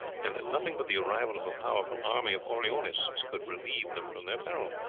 and that nothing but the arrival of a powerful army of orleanists could relieve them from their peril.